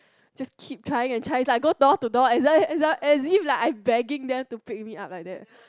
just keep trying and try go door to door as though as th~ as if like I begging them to pick me up like that